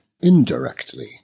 indirectly